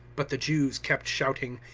but the jews kept shouting,